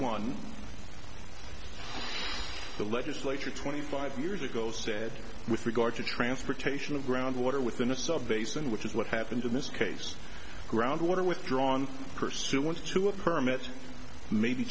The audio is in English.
one the legislature twenty five years ago said with regard to transportation of groundwater within a sub basin which is what happened in this case groundwater withdrawn pursue wants to a permit may be